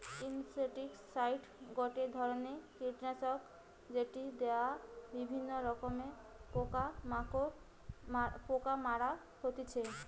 insecticide গটে ধরণের কীটনাশক যেটি দিয়া বিভিন্ন রকমের পোকা মারা হতিছে